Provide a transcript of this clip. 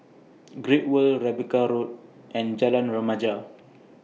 Great World Rebecca Road and Jalan Remaja